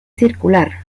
circular